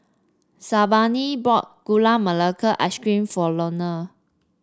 Sabina bought Gula Melaka Ice Cream for Lorne